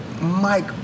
Mike